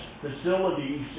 facilities